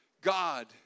God